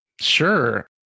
Sure